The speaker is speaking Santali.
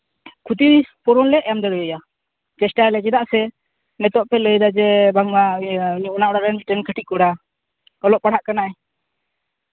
ᱠᱷᱚᱛᱤ ᱯᱩᱨᱚᱱ ᱞᱮ ᱮᱢ ᱫᱟᱲᱮᱣᱟᱭᱟ ᱪᱮᱥᱴᱟᱭᱟᱞᱮ ᱪᱮᱫᱟᱜ ᱥᱮ ᱱᱤᱛᱚᱜ ᱯᱮ ᱞᱟᱹᱭ ᱫᱟ ᱡᱮ ᱵᱟᱝᱢᱟ ᱤᱭᱟᱹ ᱚᱱᱟ ᱚᱲᱟᱜ ᱨᱮᱱ ᱢᱤᱫᱴᱮᱱ ᱠᱟᱹᱴᱤᱡ ᱠᱚᱲᱟ ᱚᱞᱚᱜ ᱯᱟᱲᱦᱟᱜ ᱠᱟᱱᱟᱭ